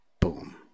Boom